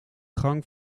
gang